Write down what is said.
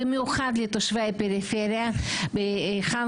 במיוחד לתושבי הפריפריה ובמקומות בהם